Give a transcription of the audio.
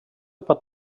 pot